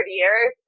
years